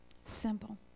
Simple